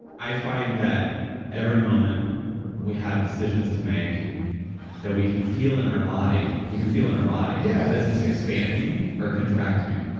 i find that every moment we have decisions to make that we can feel in our body. we can feel in our body. yeah does this expand me or contract me?